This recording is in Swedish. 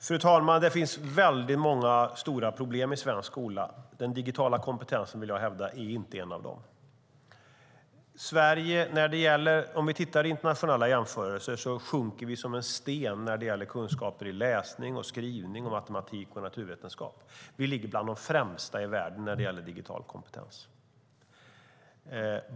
Fru talman! Det finns många stora problem i svensk skola. Den digitala kompetensen är inte ett av dem, hävdar jag. I internationella jämförelser sjunker Sverige som en sten när det gäller kunskaper i läsning, skrivning, matematik och naturvetenskap, men vi ligger bland de främsta i världen i digital kompetens.